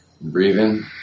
Breathing